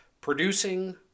producing